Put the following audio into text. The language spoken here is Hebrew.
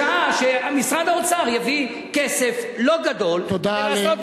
בשעה שמשרד האוצר יביא כסף, לא גדול, תודה.